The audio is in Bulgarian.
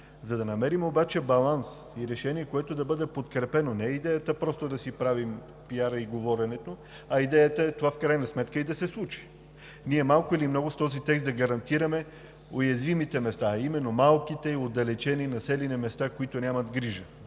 за да намерим обаче баланс и решение, което да бъде подкрепено, защото идеята не е просто да си правим пиара и говоренето, а идеята е в крайна сметка това да се случи и ние, малко или много, с този текст да гарантираме уязвимите места, а именно малките и отдалечени населени места, за които нямат грижа.